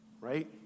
Right